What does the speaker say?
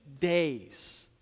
days